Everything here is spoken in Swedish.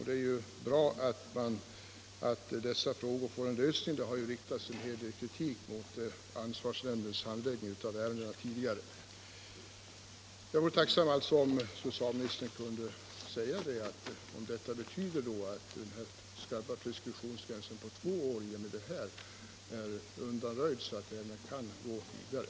Det är bra att dessa frågor bevakas och får en lösning. Det har tidigare riktats en del kritik mot ansvarsnämndens handläggning av ärendena. Jag vore alltså tacksam om socialministern kunde säga att den skarpa preskriptionsgränsen vid två år i och med detta undanröjs, så att ärendena kan gå vidare.